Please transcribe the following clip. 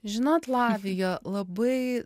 žinot lavija labai